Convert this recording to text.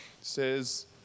says